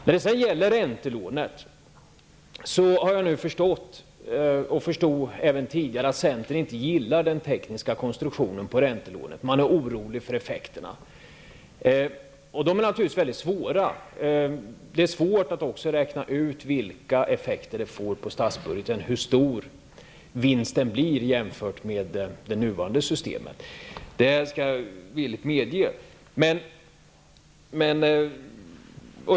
När det gäller detta med räntelån förstår jag nu, ja, jag förstod det tidigare också, att centern inte gillar den tekniska konstruktionen. Man är orolig och undrar över effekterna. Naturligtvis är de mycket svåra. Vidare är det svårt att räkna ut vilka effekterna blir på statsbudgeten, hur stor vinsten blir jämfört med hur det blir med det nuvarande systemet. Det medger jag gärna.